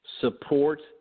support